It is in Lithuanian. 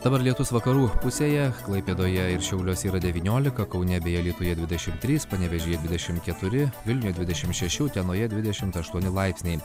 dabar lietus vakarų pusėje klaipėdoje ir šiauliuose yra devyniolika kaune bei alytuje dvidešimt trys panevėžyje dvidešimt keturi vilniuje dvidešimt šeši utenoje dvidešimt aštuoni laipsniai